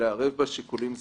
ולערב שיקולים זרים.